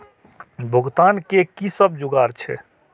भुगतान के कि सब जुगार छे?